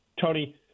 Tony